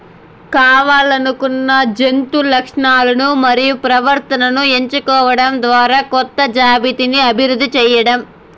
కావల్లనుకున్న జంతు లక్షణాలను మరియు ప్రవర్తనను ఎంచుకోవడం ద్వారా కొత్త జాతిని అభివృద్ది చేయడం